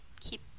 keep